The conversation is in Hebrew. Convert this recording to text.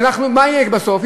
מה יהיה בסוף?